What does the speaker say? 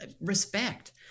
respect